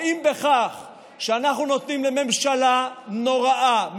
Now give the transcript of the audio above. האם בכך שאנחנו נותנים לממשלה נוראה,